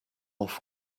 off